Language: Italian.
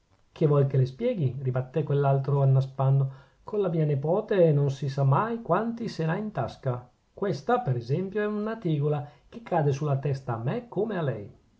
che vuol che le spieghi ribattè quell'altro annaspando con la mia nepote non si sa mai quanti se n'ha in tasca questa per esempio è una tegola che cade sulla testa a me come a lei